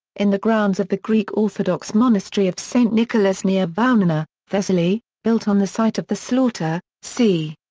in the grounds of the greek orthodox monastery of saint nicholas near vounaina, thessaly, built on the site of the slaughter, c.